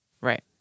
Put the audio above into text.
Right